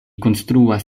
konstruas